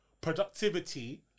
productivity